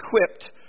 equipped